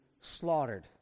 slaughtered